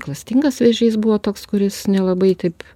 klastingas vėžys buvo toks kuris nelabai taip